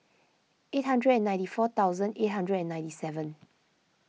eight hundred and ninety four thousand eight hundred and ninety seven